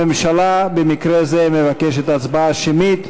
הממשלה, במקרה זה, מבקשת הצבעה שמית.